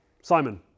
Simon